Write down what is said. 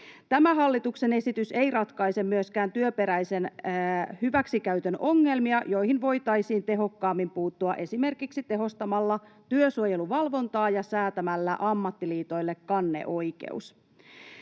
Tämä hallituksen esitys ei ratkaise myöskään työperäisen hyväksikäytön ongelmia, joihin voitaisiin tehokkaammin puuttua esimerkiksi tehostamalla työsuojeluvalvontaa ja säätämällä ammattiliitoille kanneoikeus.